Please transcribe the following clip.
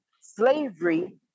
slavery